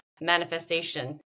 manifestation